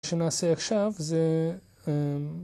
‫מה שנעשה עכשיו זה...